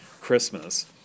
Christmas